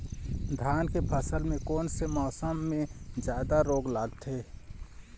धान के फसल मे कोन से मौसम मे जादा रोग लगथे?